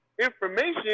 information